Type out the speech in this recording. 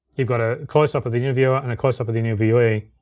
you've got a closeup of the interviewer and a closeup of the interviewee.